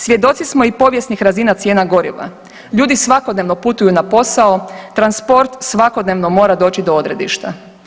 Svjedoci smo i povijesnih razina cijena goriva, ljudi svakodnevno putuju na posao, transport svakodnevno mora doći do odredišta.